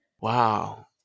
Wow